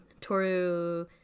Toru